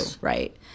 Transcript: right